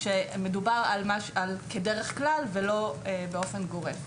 שמדובר על כדרך כלל ולא באופן גורף.